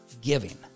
Giving